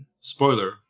Spoiler